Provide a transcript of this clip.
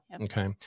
Okay